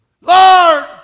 Lord